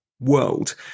world